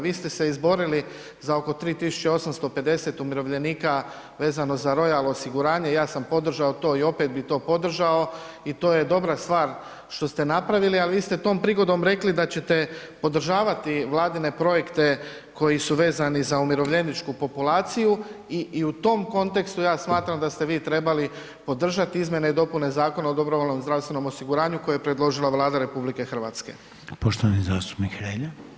Vi ste se izborili za oko 3850 umirovljenika vezano za Royal osiguranje, ja sam podržao to i opet bi to podržao i to je dobra stvar što ste napravili, al vi ste tom prigodom rekli da ćete podržavati Vladine projekte koji su vezani za umirovljeničku populaciju i, i u tom kontekstu ja smatram da ste vi trebali podržat izmjene i dopune Zakona o dobrovoljnom zdravstvenom osiguranju koje je predložila Vlada RH.